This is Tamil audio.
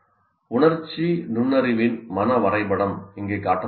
உணர்ச்சி நுண்ணறிவின் மன வரைபடம் இங்கே காட்டப்பட்டுள்ளது